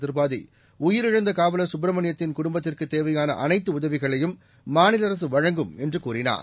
திரிபாதி உயிரிழந்த காவலர் சுப்பிரமணியத்தின் குடும்பத்திற்கு தேவையான அனைத்து உதவிகளையும் மாநில அரசு வழங்கும் என்று கூறினார்